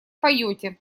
поете